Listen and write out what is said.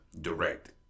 direct